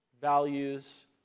values